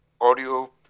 audio